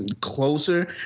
closer